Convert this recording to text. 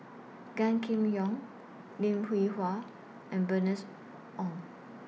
Gan Kim Yong Lim Hwee Hua and Bernice Ong